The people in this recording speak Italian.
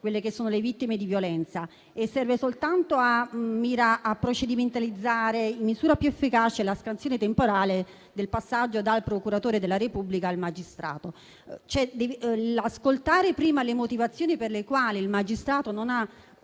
tutelare le vittime di violenza. La proposta mira soltanto a procedimentalizzare in misura più efficace la scansione temporale del passaggio dal procuratore della Repubblica al magistrato: ascoltare prima le motivazioni per le quali il magistrato non ha